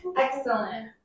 Excellent